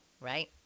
right